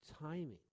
timing